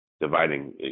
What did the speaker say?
dividing